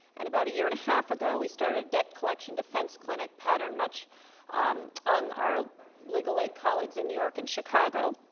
and about a year and a half ago, we started debt collection defense clinic pattern much on our legal aide colleagues in new york and chicago.